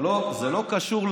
זה לא קשור לעניין.